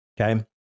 okay